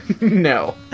no